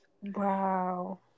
Wow